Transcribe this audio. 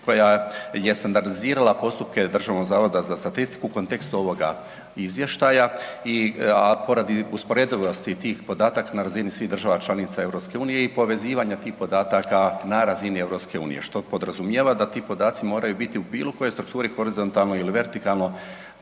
koja je standardizirala postupke Državnog zavoda za statistiku u kontekstu ovoga izvještaja i, a poradi usporedivosti tih podataka na razini svih država članica EU i povezivanja tih podataka na razini EU, što podrazumijeva da ti podaci moraju biti u bilo kojoj strukturi horizontalno ili vertikalno